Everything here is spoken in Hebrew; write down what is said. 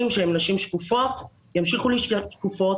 שהן נשים שקופות ימשיכו להישאר שקופות,